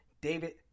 David